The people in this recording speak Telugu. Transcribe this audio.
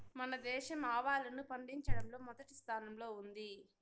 మన దేశం ఆవాలను పండిచటంలో మొదటి స్థానం లో ఉంది